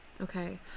okay